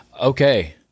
Okay